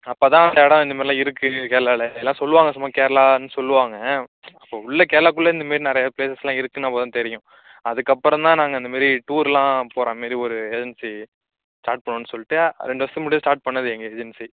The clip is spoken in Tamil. அப்போதான் அந்த இடம் இந்த மாரிலாம் இருக்கு கேரளாவில எல்லாம் சொல்லுவாங்க சும்மா கேரளான்னு சொல்லுவாங்க இப்போ உள்ள கேரளாகுள்ளே இந்த மாரி நிறையா பிளேசஸ்லாம் இருக்குன்னு அப்போதான் தெரியும் அதுக்கப்புறம் தான் நாங்கள் இந்தமாரி டூருலாம் போகறா மாரி ஒரு ஏஜென்சி ஸ்டார்ட் பண்ணுன்னு சொல்லிவிட்டு ரெண்டு வருஷத்துக்கு முன்னாடியே ஸ்டார்ட் பண்ணது எங்கள் ஏஜென்சி